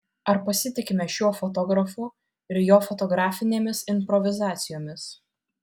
ar pasitikime šiuo fotografu ir jo fotografinėmis improvizacijomis